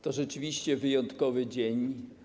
To rzeczywiście wyjątkowy dzień.